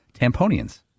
tamponians